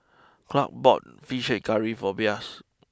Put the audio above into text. Clark bought Fish Head Curry for Blas